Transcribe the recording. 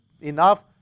enough